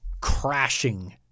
crashing